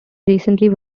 recently